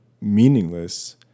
meaningless